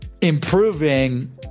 improving